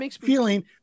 feeling